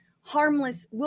harmless